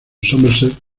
somerset